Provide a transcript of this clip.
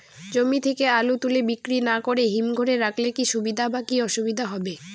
জমি থেকে আলু তুলে বিক্রি না করে হিমঘরে রাখলে কী সুবিধা বা কী অসুবিধা হবে?